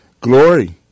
glory